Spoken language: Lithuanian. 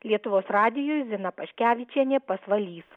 lietuvos radijui zina paškevičienė pasvalys